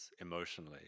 emotionally